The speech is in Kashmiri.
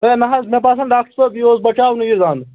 ہے نا حظ مےٚ باسان ڈاکٹَر صٲب یہِ اوس بَچاونُے یہِ دَنٛد